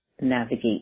navigate